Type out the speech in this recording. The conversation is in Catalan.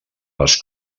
les